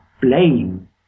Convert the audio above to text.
blame